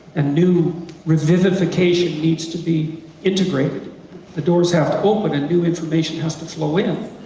and new revivification needs to be integrated the doors have to open and new information has to flow in.